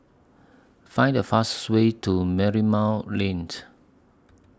Find The fastest Way to Merlimau Lane